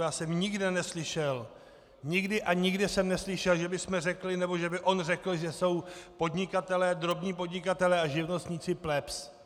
Já jsem nikde neslyšel, nikdy a nikde jsem neslyšel, že bychom řekli nebo že by on řekl, že jsou podnikatelé, drobní podnikatelé a živnostníci, plebs.